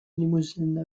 limousine